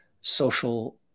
social